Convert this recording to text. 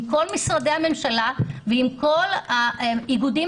עם כל משרדי הממשלה ועם כל האיגודים